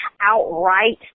outright